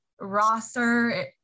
roster